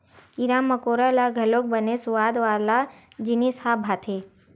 कीरा मकोरा ल घलोक बने सुवाद वाला जिनिस ह भाथे